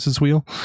wheel